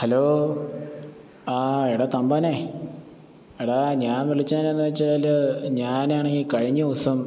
hello ആ എടാ തമ്പാനെ എടാ ഞാൻ വിളിച്ചത് എന്താണെന്ന് വച്ചാൽ ഞാൻ ആണ് ഈ കഴിഞ്ഞ ദിവസം